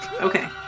Okay